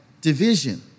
Division